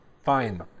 fine